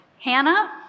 Hannah